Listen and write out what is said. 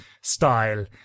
style